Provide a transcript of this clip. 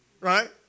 right